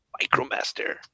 micromaster